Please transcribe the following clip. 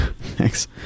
Thanks